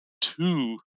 two